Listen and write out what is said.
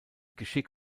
geschick